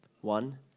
One